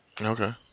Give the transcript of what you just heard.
okay